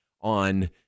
on